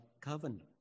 covenant